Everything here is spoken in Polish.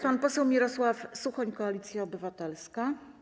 Pan poseł Mirosław Suchoń, Koalicja Obywatelska.